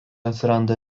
atsiranda